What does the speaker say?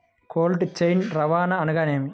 Cold chain రవాణా అనగా నేమి?